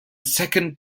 second